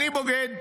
אני בוגד?